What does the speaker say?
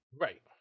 Right